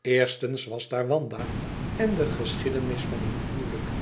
eerstens was daar wanda en de geschiedenis van hun huwelijk